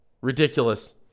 ridiculous